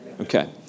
Okay